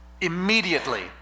Immediately